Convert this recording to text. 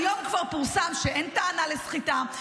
היום כבר פורסם שאין טענה לסחיטה,